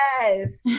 Yes